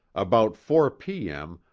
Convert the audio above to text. about four p. m,